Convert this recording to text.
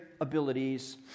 abilities